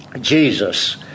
Jesus